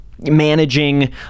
managing